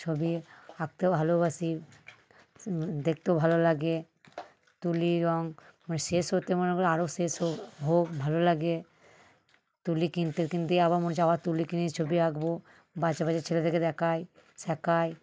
ছবি আঁকতেও ভালোবাসি দেখতেও ভালো লাগে তুলি রঙ মানে শেষ হতে মনে কর আরও শেষ হোক হোক ভালো লাগে তুলি কিনতে কিনতে আবার মনে হ হয় আবার তুলি কিনে ছবি আঁকবো বাঁচা বাঁচা ছেলেদেরকে দেখায় শেখায়